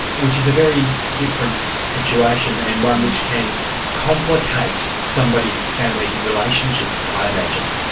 which is a very different situation, and one which can complicate somebody's family relationships, i imagine.